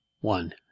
one